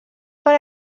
per